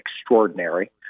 extraordinary